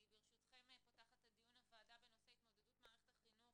ברשותכם אני פותחת את דיון הוועדה בנושא: התמודדות מערכת החינוך